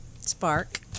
spark